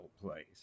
place